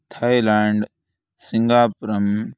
Thailand Singapore